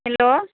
hello